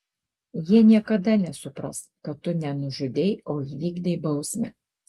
jie niekada nesupras kad tu ne nužudei o įvykdei bausmę